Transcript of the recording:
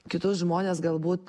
kitus žmones galbūt